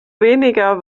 weniger